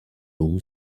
room